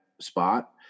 spot